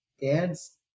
dad's